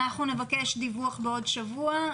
נבקש דיווח בעוד שבוע,